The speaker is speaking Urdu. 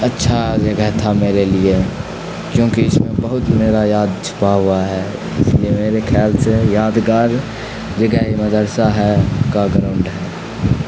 اچھا جگہ تھا میرے لیے کیونکہ اس میں بہت میرا یاد چھپا ہوا ہے اس لیے میرے خیال سے یادگار جگہ مدرسہ ہے کا گراؤنڈ ہے